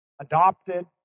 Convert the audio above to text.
adopted